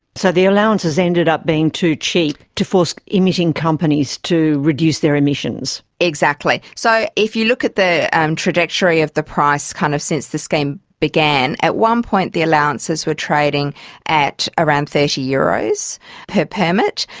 so the allowances ended up being too cheap to force emitting companies to reduce their emissions? exactly. so if you look at the um trajectory of the price kind of since the scheme began, at one point the allowances were trading at around thirty euros per permit,